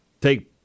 take